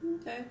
Okay